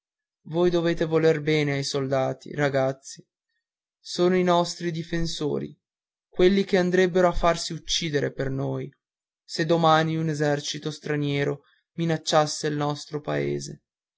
voi dovete voler bene ai soldati ragazzi sono i nostri difensori quelli che andrebbero a farsi uccidere per noi se domani un esercito straniero minacciasse il nostro paese